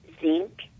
zinc